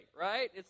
right